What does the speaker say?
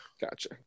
Gotcha